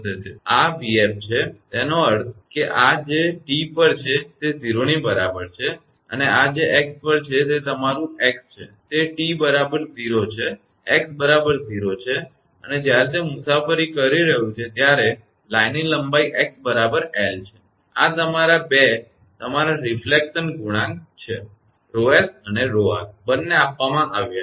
કે આ 𝑣𝑓 છે તેનો અર્થ એ કે આ જે T પર છે તે 0 ની બરાબર છે અને આ જે x પર છે તમારું અંતર x છે તે T બરાબર 0 છે x બરાબર 0 છે અને જ્યારે તે મુસાફરી કરી રહ્યું છે ત્યારે લાઇનની લંબાઈ x બરાબર l છે અને આ 2 તમારા રિફલેકશન ગુણાંક 𝜌𝑠 and 𝜌𝑟 બંને આપવામાં આવ્યા છે